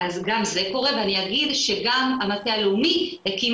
אז גם זה קורה ואני אגיד שגם המטה הלאומי הקים